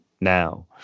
now